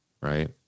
Right